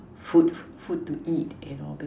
food food to eat and order